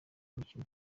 mikino